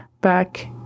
back